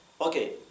Okay